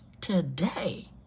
today